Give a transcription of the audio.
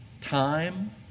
time